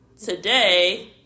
Today